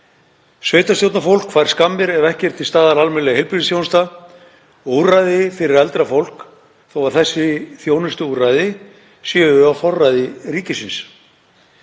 Sveitarstjórnarfólk fær skammir ef ekki er til staðar almennileg heilbrigðisþjónusta og úrræði fyrir eldra fólk þó að þessi þjónustuúrræði séu á forræði ríkisins.